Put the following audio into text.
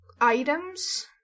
items